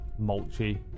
Mulchy